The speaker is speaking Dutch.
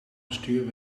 bestuur